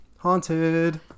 haunted